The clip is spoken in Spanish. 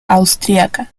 austríaca